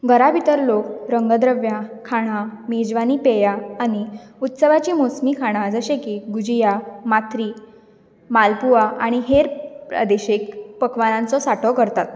घरा भितर लोक रंगद्रव्यां खाणां मेजवानी पेयां आनी उत्सवाची मोसमी खाणां जशें की बुजिया माथ्री मालपुआ आनी हेर प्रादेशिक पक्वान्नांचो सांठो करतात